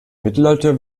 mittelalter